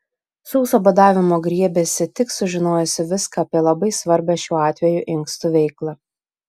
sauso badavimo griebėsi tik sužinojusi viską apie labai svarbią šiuo atveju inkstų veiklą